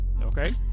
Okay